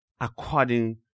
according